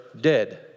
dead